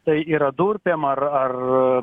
tai yra durpėm ar ar